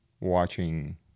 watching